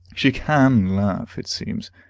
she can laugh, it seems.